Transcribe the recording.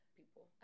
people